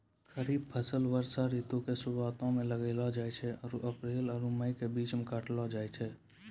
खरीफ फसल वर्षा ऋतु के शुरुआते मे लगैलो जाय छै आरु अप्रैल आरु मई के बीच मे काटलो जाय छै